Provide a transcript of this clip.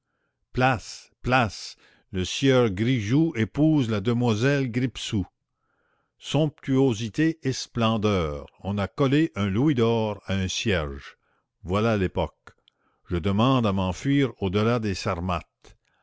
place place le sieur grigou épouse la demoiselle grippesou somptuosité et splendeur on a collé un louis d'or à un cierge voilà l'époque je demande à m'enfuir au delà des